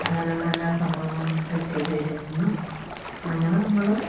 അങ്ങനെയുള്ള എല്ലാ സംഭവങ്ങളും നമുക്ക് ചെയ്തു തരുമായിരുന്നു അങ്ങനെ നമ്മള്